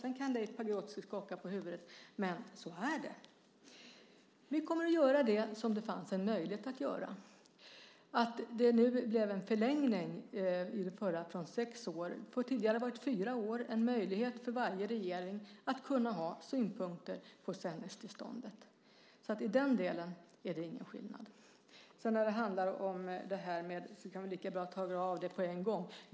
Sedan kan Leif Pagrotsky skaka på huvudet, men så är det. Vi kommer att göra det som det fanns en möjlighet att göra. Nu blev det en förlängning, från sex år. Tidigare var det fyra år. Varje regering har möjlighet att ha synpunkter på sändningstillståndet. Så i den delen är det ingen skillnad. Jag kan i detta sammanhang lika bra klara av följande.